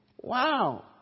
wow